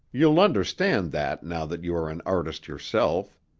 you'll understand that now that you are an artist yourself.